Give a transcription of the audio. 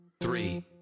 three